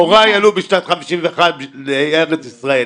הוריי עלו בשנת 51' לארץ ישראל,